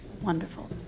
Wonderful